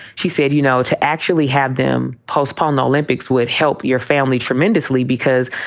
she said, you know, to actually have them postpone the olympics would help your family tremendously because,